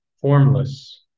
formless